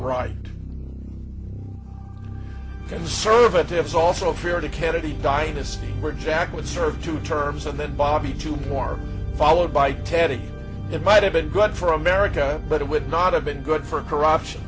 right conservatives also feared a kennedy dynasty where jack was served two terms and then bobby two more followed by teddy it might have been good for america but it would not have been good for corruption